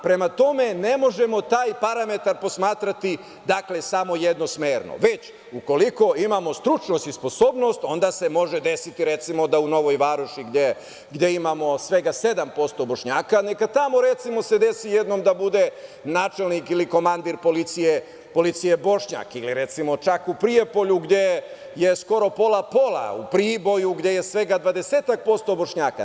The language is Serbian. Prema tome, ne možemo taj parametar posmatrati samo jednosmerno, već ukoliko imamo stručnost i sposobnost onda se može desiti, recimo, da u Novoj Varoši gde imamo svega 7% Bošnjaka, neka tamo, recimo se desi jednom da bude načelnik ili komandir policije Bošnjak ili recimo, čak u Prijepolju gde je skoro pola-pola, a u Priboju gde je svega 20% Bošnjaka.